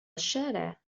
الشارع